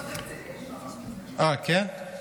אה, כן?